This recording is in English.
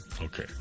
Okay